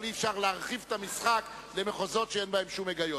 אבל אי-אפשר להרחיב את המשחק למחוזות שאין בהם שום היגיון.